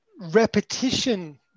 repetition